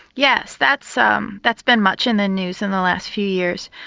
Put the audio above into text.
yes, that's um that's been much in the news in the last few years.